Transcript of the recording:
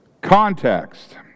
context